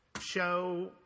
show